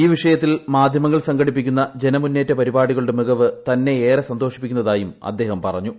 ഈ വിഷയത്തിൽ മാധ്യമങ്ങൾ സംഘടിപ്പിക്കുന്ന ജനമുന്നേറ്റ പരിപാടികളുടെ മികവ് തന്നെ ഏറെ സന്തോഷിപ്പിക്കുന്നതായും അദ്ദേഹം പറഞ്ഞു